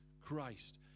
Christ